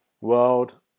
world